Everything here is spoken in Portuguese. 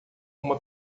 uma